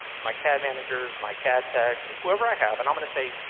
my cad managers, my cad techs, and whoever i have. and i'm going to say,